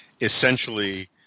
essentially